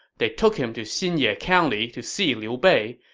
they took him to xinye county to see liu bei,